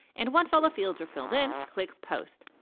and once all the fields are filled in, click post.